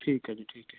ਠੀਕ ਹੈ ਜੀ ਠੀਕ ਹੈ